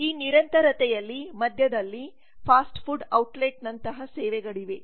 ಈ ನಿರಂತರತೆಯ ಮಧ್ಯದಲ್ಲಿ ಫಾಸ್ಟ್ ಫುಡ್ ಔಟ್ಲೆಟ್ ನಂತಹ ಸೇವೆಗಳಿವೆ